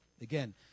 Again